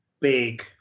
big